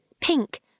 Pink